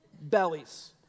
bellies